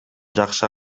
жакшы